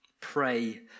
Pray